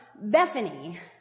Bethany